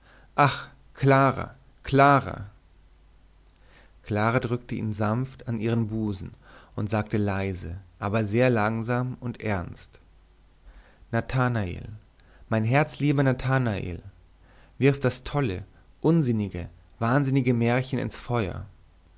ach clara clara clara drückte ihn sanft an ihren busen und sagte leise aber sehr langsam und ernst nathanael mein herzlieber nathanael wirf das tolle unsinnige wahnsinnige märchen ins feuer